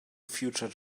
future